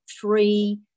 three